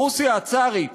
ברוסיה הצארית